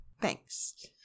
Thanks